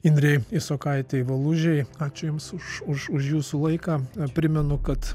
indrei isokaitei valužei ačiū jums už už už jūsų laiką primenu kad